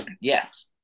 yes